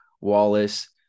Wallace